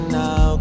now